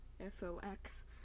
F-O-X